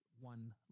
one